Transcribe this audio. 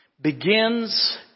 begins